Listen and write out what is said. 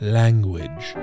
language